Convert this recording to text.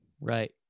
Right